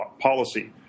policy